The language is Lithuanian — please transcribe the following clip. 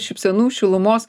šypsenų šilumos